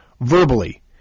Verbally